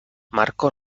marco